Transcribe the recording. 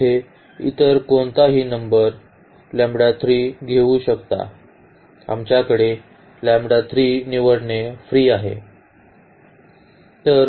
येथे इतर कोणत्याही नंबर घेऊ शकता आमच्याकडे निवडणे फ्री आहे